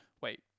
wait